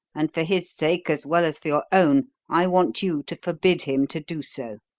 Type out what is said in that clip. and for his sake, as well as for your own, i want you to forbid him to do so.